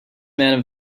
man